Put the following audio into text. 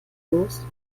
los